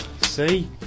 See